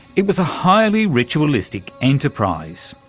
it was a highly ritualistic enterprise,